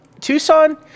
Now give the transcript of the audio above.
Tucson